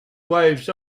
waves